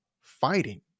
fighting